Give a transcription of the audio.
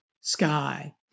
sky